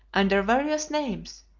under various names,